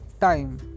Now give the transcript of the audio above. time